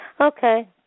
Okay